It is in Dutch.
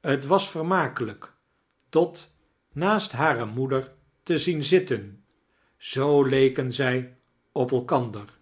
t was vexmakelijk dot naast hare moeder te ziein zitten zoo leken zij op ejkander